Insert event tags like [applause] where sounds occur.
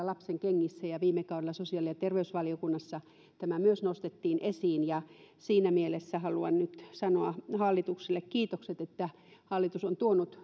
[unintelligible] lapsenkengissä ja viime kaudella sosiaali ja terveysvaliokunnassa tämä myös nostettiin esiin siinä mielessä haluan nyt sanoa hallitukselle kiitokset että hallitus on tuonut [unintelligible]